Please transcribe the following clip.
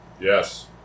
Yes